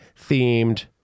themed